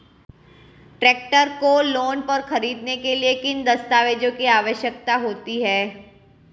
Tractor को loan पर खरीदने के लिए किन दस्तावेज़ों की आवश्यकता होती है?